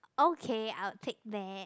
okay I will take back